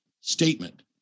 statement